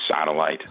satellite